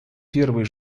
первой